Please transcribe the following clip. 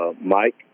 Mike